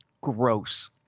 gross